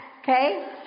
okay